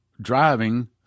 driving